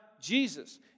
Jesus